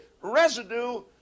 residue